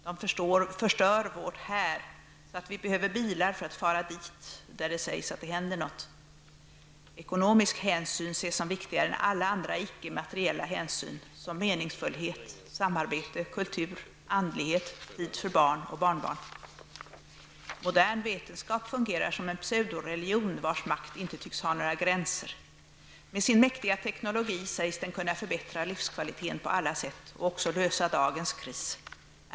De förstör vårt ''här'' så att vi behöver bilar för att fara ''dit'' där det sägs att det händer något. -- Ekonomisk hänsyn ses som viktigare än alla andra icke materiella hänsyn, som meningsfullhet, samarbete, kultur, andlighet, tid för barn och barnbarn. -- Modern vetenskap fungerar som en pseudoreligion, vars makt inte tycks ha några gränser. Med sin mäktiga teknologi sägs den kunna förbättra livskvaliteten på alla sätt och också lösa dagens kris.